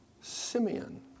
Simeon